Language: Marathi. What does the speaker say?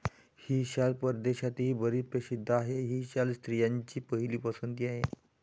ही शाल परदेशातही बरीच प्रसिद्ध आहे, ही शाल स्त्रियांची पहिली पसंती आहे